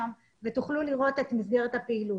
ושם תוכלו לראות את מסגרת הפעילות.